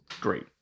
great